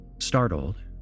Startled